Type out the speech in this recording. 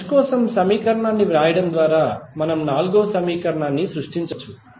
ఈ మెష్ కోసం సమీకరణాన్ని వ్రాయడం ద్వారా నాల్గవ సమీకరణాన్ని సృష్టించవచ్చు